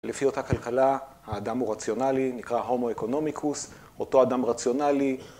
לפי אותה כלכלה האדם הוא רציונלי, נקרא הומו אקונומיקוס, אותו אדם רציונלי